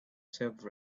save